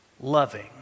loving